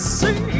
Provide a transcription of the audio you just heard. see